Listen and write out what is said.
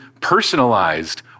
personalized